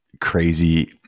crazy